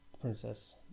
Princess